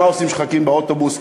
מה עושים כשמחכים באוטובוס,